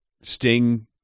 Sting